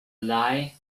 lie